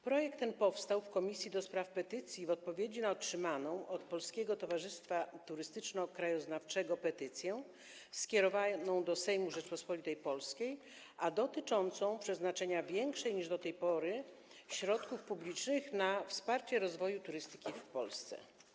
Projekt ten powstał w Komisji do Spraw Petycji w odpowiedzi na otrzymaną od Polskiego Towarzystwa Turystyczno-Krajoznawczego petycję skierowaną do Sejmu Rzeczypospolitej Polskiej, dotyczącą przeznaczenia większej niż do tej pory środków publicznych na wsparcie rozwoju turystyki w Polsce.